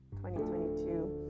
2022